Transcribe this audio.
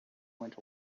went